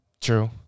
True